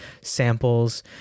samples